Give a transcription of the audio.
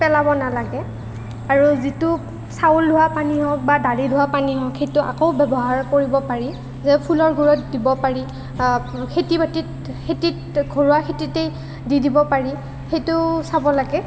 পেলাব নালাগে আৰু যিটো চাউল ধোৱা পানী হওক বা দালি ধোৱা পানী হওক সেইটো আকৌ ব্যৱহাৰ কৰিব পাৰি ফুলৰ গুৰিত দিব পাৰি খেতি বাটিত খেতিত ঘৰুৱা খেতিতেই দি দিব পাৰি সেইটো চাব লাগে